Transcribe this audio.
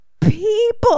people